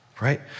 Right